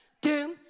Doom